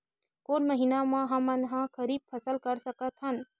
कोन महिना म हमन ह खरीफ फसल कर सकत हन?